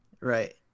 Right